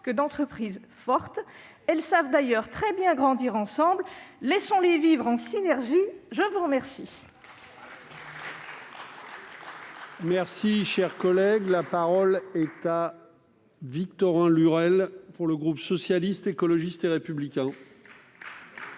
que d'entreprises fortes. Elles savent d'ailleurs très bien grandir ensemble. Laissons-les vivre en synergie ! La parole